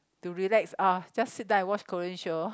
to relax uh just sit down and watch Korean show